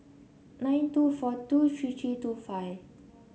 nine two four two three three two five